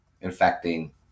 infecting